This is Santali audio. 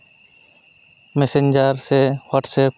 ᱢᱮᱥᱮᱧᱡᱟᱨ ᱥᱮ ᱦᱳᱣᱟᱴᱥᱮᱯ